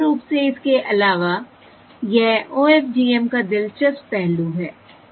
तो मूल रूप से इसके अलावा यह OFDM का दिलचस्प पहलू है